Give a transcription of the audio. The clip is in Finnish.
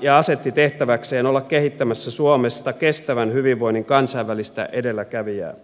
ja asetti tehtäväkseen olla kehittämässä suomesta kestävän hyvinvoinnin kansainvälistä edelläkävijää